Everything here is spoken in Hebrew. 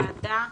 לוועדה